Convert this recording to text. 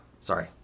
Sorry